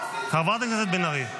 חברת הכנסת בן ארי.